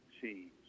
teams